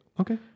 Okay